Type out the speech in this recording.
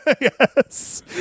Yes